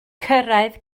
cyrraedd